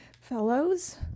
fellows